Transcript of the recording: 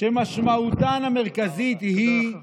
שמשמעותן המרכזית היא